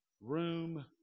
room